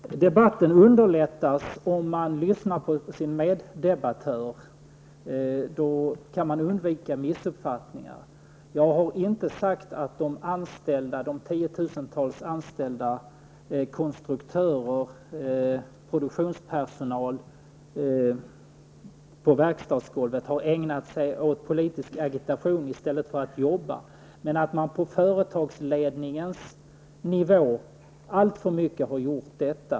Herr talman! Debatten underlättas om man lyssnar på sin meddebattör. Då kan man undvika missuppfattningar. Jag har inte sagt att de tiotusentals anställda -- konstruktörer och produktionspersonal på verkstadsgolvet -- har ägnat sig åt politisk agitation i stället för att jobba, utan att man på företagsledningsnivå alltför mycket har gjort det.